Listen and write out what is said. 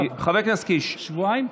שבועיים?